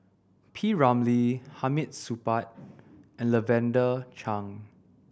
P Ramlee Hamid Supaat and Lavender Chang